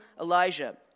Elijah